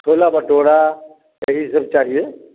छोला भटूरा यही सब चाहिए